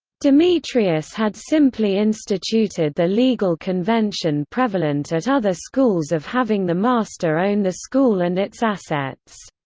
demetrius had simply instituted the legal convention prevalent at other schools of having the master own the school and its assets.